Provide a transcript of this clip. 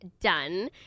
done